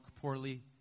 poorly